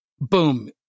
Boom